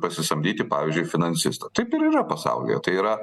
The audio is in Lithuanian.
pasisamdyti pavyzdžiui finansistą taip ir yra pasaulyje tai yra